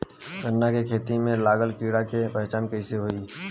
गन्ना के खेती में लागल कीड़ा के पहचान कैसे होयी?